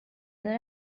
other